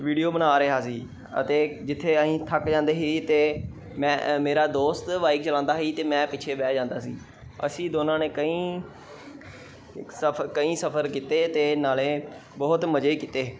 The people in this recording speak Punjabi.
ਵੀਡੀਓ ਬਣਾ ਰਿਹਾ ਸੀ ਅਤੇ ਜਿੱਥੇ ਅਸੀਂ ਥੱਕ ਜਾਂਦੇ ਸੀ ਅਤੇ ਮੈਂ ਮੇਰਾ ਦੋਸਤ ਬਾਈਕ ਚਲਾਉਂਦਾ ਸੀ ਅਤੇ ਮੈਂ ਪਿੱਛੇ ਬਹਿ ਜਾਂਦਾ ਸੀ ਅਸੀਂ ਦੋਨਾਂ ਨੇ ਕਈ ਸਫਰ ਕਈ ਸਫਰ ਕੀਤੇ ਅਤੇ ਨਾਲੇ ਬਹੁਤ ਮਜ਼ੇ ਕੀਤੇ